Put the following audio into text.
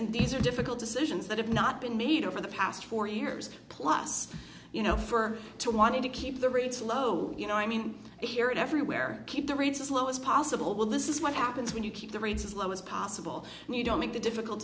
and these are difficult decisions that have not been made over the past four years plus you know for too wanted to keep the rates low you know i mean here and everywhere keep the rates as low as possible this is what happens when you keep the rates as low as possible and you don't make the difficult